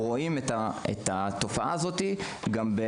אנחנו גם רואים את בתופעה הזו גם את